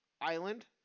island